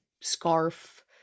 scarf